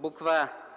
в т.